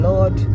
Lord